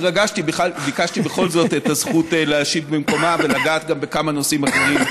ביקשתי את הזכות להשיב במקומה ולגעת גם בכמה נושאים אחרים,